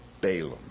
Balaam